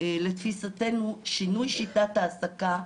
לתפיסתנו , שינוי שיטת העסקה,